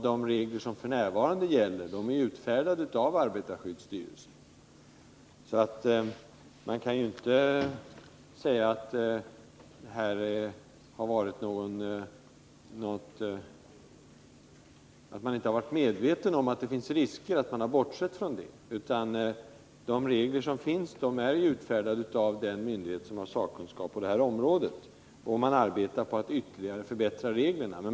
De regler som gäller är utfärdade av arbetarskyddsstyrelsen. Det kan inte göras gällande att man har bortsett från att det finns risker, men de regler som gäller är utfärdade av den myndighet som har sakkunskap på området, och man arbetar på att ytterligare förbättra dessa regler.